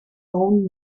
own